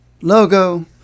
logo